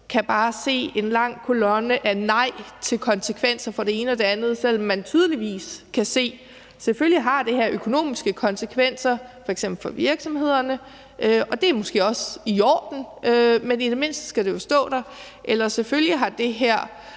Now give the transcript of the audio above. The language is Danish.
kan se en lang kolonne af nej konsekvenser af det ene eller det andet, selv om man tydeligvis kan se, at det her selvfølgelig har økonomiske konsekvenser, f.eks. for virksomhederne, og det er måske også i orden, men i det mindste skal det jo stå der, eller at det selvfølgelig har